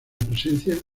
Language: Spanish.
presencia